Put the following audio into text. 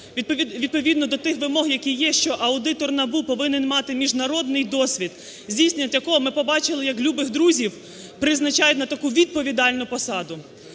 відповідно до тих вимог, які є, що аудитор НАБУ повинен мати міжнародний досвід, здійснення якого ми побачили, як "любих друзів" призначають на таку відповідальну посаду.